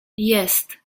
jest